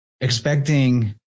expecting